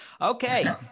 Okay